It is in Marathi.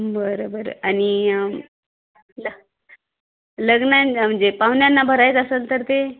बरं बरं आणि ल लग्नां म्हणजे पाहुण्यांना भरायचं असाल तर ते